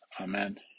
amen